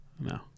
no